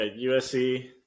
USC